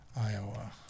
Iowa